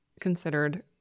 considered